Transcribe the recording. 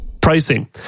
Pricing